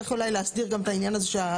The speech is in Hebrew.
צריך אולי להסדיר גם את העניין שהכסף